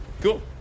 Cool